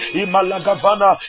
imalagavana